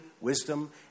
wisdom